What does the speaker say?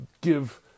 give